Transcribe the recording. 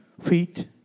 feet